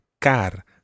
CAR